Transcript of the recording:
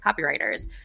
copywriters